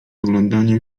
oglądaniem